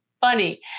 funny